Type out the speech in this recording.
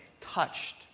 touched